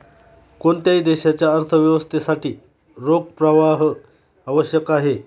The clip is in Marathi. कोणत्याही देशाच्या अर्थव्यवस्थेसाठी रोख प्रवाह आवश्यक आहे